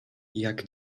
jak